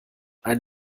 ein